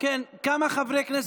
גם אני ביקשתי להתנגד.